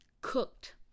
cooked